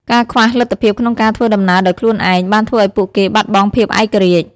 ការខ្វះលទ្ធភាពក្នុងការធ្វើដំណើរដោយខ្លួនឯង បានធ្វើឱ្យពួកគេបាត់បង់ភាពឯករាជ្យ។